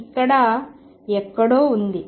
ఇక్కడ ఎక్కడో ఉంది